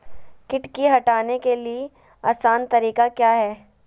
किट की हटाने के ली आसान तरीका क्या है?